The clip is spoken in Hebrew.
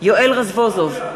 יואל רזבוזוב,